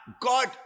God